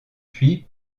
puis